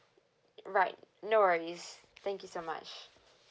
right no worries thank you so much